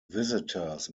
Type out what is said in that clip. visitors